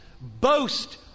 Boast